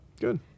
good